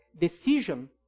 decision